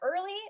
early